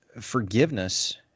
forgiveness